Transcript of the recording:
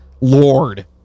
lord